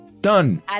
Done